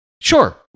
Sure